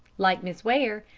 like miss ware,